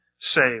say